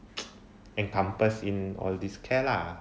encompass in all this care lah